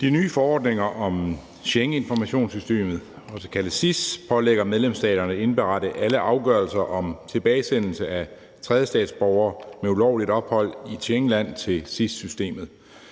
De nye forordninger om Schengeninformationssystemet, også kaldet SIS, pålægger medlemsstaterne at indberette alle afgørelser om tilbagesendelse af tredjelandsstatsborgere med ulovligt ophold i et Schengenland til SIS-systemet.